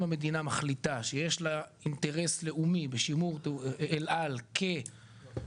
אם המדינה מחליטה שיש לה אינטרס לאומי בשימור אל על כשימור